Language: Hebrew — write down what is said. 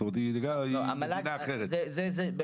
כבר